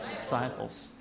disciples